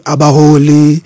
Abaholi